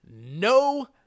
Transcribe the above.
no